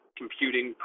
computing